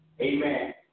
Amen